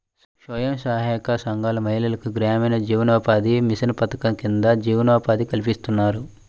స్వయం సహాయక సంఘాల మహిళలకు గ్రామీణ జీవనోపాధి మిషన్ పథకం కింద జీవనోపాధి కల్పిస్తున్నారు